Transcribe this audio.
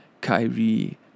Kyrie